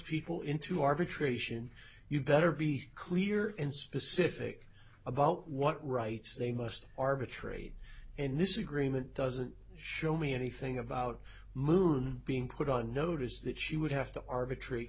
people into arbitration you better be clear and specific about what rights they must arbitrate and this agreement doesn't show me anything about moon being put on notice that she would have to arbitrat